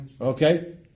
Okay